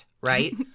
right